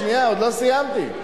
שנייה, עוד לא סיימתי.